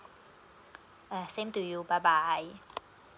uh same to you bye bye